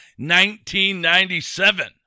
1997